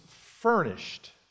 furnished